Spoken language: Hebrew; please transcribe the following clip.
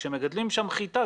כאשר מגדלים שם חיטה,